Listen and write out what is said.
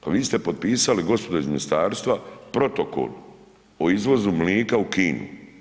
Pa vi ste potpisali, gospodo iz ministarstva protokol o izvozu mlijeka u Kinu.